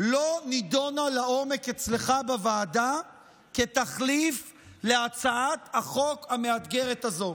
לא נדונה לעומק אצלך בוועדה כתחליף להצעת החוק המאתגרת הזו.